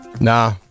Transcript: Nah